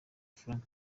frank